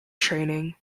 training